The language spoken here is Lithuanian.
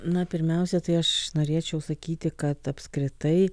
na pirmiausia tai aš norėčiau sakyti kad apskritai